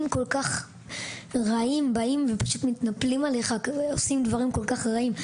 כל כך רעים מתנפלים עליך ועושים דברים כל כך רעים.